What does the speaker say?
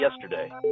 yesterday